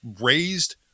raised